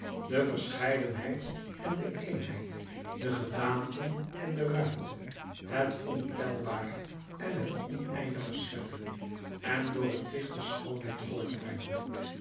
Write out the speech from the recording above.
de verscheidenheid en de eenheid de gedaanten en de ruimte het ontelbare en het oneindige scheppen en door het licht de schoonheid voortbrengen